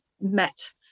Met